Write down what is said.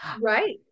Right